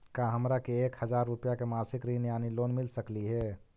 का हमरा के एक हजार रुपया के मासिक ऋण यानी लोन मिल सकली हे?